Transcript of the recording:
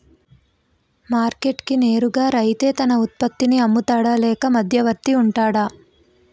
Market కి నేరుగా రైతే తన ఉత్పత్తి నీ అమ్ముతాడ లేక మధ్యవర్తి వుంటాడా?